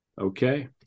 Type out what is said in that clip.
Okay